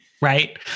right